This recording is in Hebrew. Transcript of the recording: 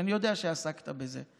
אני יודע שעסקת בזה.